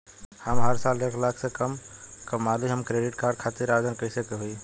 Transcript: हम हर साल एक लाख से कम कमाली हम क्रेडिट कार्ड खातिर आवेदन कैसे होइ?